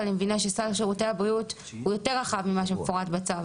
אבל אני מבינה שסל שירותי הבריאות הוא יותר רחב ממה שמפורט בצו?